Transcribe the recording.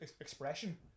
expression